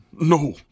No